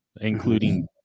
including